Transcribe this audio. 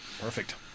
Perfect